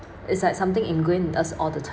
it's like something ingrain in us all the time